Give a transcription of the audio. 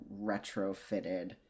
retrofitted